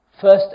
First